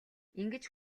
ингэж